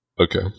Okay